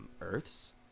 Earths